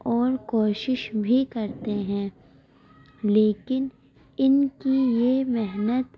اور کوشش بھی کرتے ہیں لیکن ان کی یہ محنت